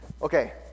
Okay